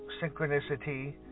Synchronicity